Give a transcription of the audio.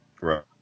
Right